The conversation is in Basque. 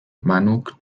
manuk